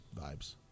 vibes